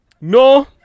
No